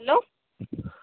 hello